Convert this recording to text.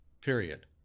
period